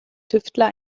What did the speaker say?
tüftler